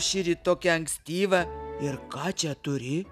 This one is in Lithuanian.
šįryt tokia ankstyva ir ką čia turi